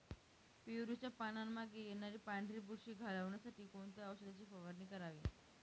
पेरूच्या पानांमागे येणारी पांढरी बुरशी घालवण्यासाठी कोणत्या औषधाची फवारणी करावी?